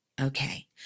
Okay